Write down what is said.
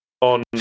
on